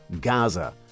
Gaza